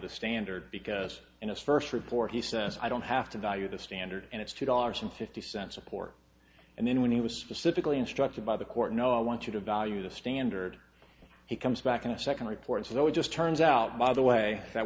the standard because in a first report he says i don't have to value the standard and it's two dollars and fifty cent support and then when he was specifically instructed by the court no i want you to value the standard he comes back in a second report that we just turns out by the way that